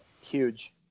Huge